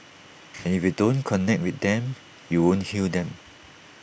and if you don't connect with them you won't heal them